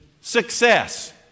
success